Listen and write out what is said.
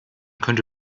könnte